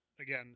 again